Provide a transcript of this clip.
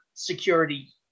Security